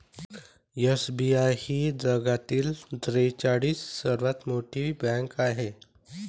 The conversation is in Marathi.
एस.बी.आय ही जगातील त्रेचाळीस सर्वात मोठी बँक आहे